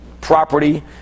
property